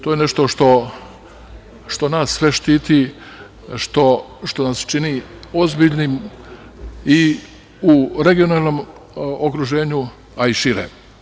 To je nešto što nas sve štiti, što nas čini ozbiljnim i u regionalnom okruženju, a i šire.